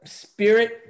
spirit